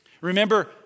Remember